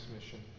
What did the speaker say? mission